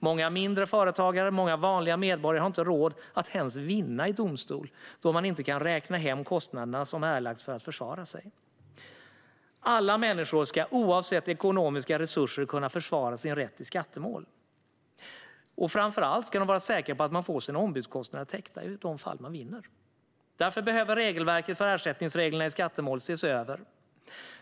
Många mindre företagare och vanliga medborgare har inte råd att ens vinna i domstol eftersom man inte kan räkna hem kostnaderna som man har erlagt för att försvara sig. Alla människor ska, oavsett ekonomiska resurser, kunna försvara sin rätt i skattemål. Framför allt ska man vara säker på att man får sina ombudskostnader täckta i de fall man vinner. Därför behöver regelverket för ersättningsreglerna i skattemål ses över.